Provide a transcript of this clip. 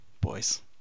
boys